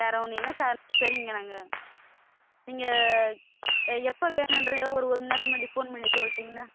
வேறு ஒன்னுமில்லைங்க சரிங்க நாங்கள் நீங்கள் எப்போ வேணும்ன்றத ஒரு ஒரு மணிநேரத்துக்கு முன்னாடி ஃபோன் பண்ணி சொல்லிட்டீங்கனா